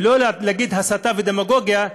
ולא להגיד הסתה ודמגוגיה,